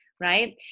Right